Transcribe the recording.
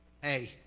Hey